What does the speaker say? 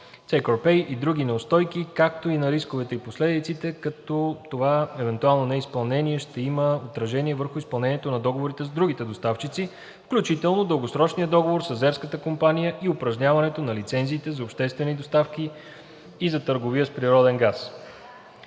or pay и други неустойки, както и на рисковете и последиците, като това евентуално неизпълнение ще има отражение върху изпълнението на договорите с другите доставчици, включително дългосрочния договор с азерската компания и упражняването на лицензиите за обществена доставка и за търговия с природен газ.